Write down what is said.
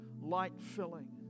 light-filling